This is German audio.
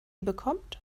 bekommt